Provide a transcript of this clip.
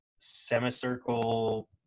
Semicircle